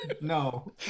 No